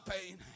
pain